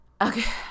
Okay